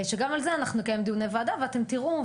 גם על זה אנחנו נקיים דיוני ועדה, ואתם תראו.